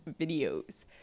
videos